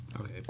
Okay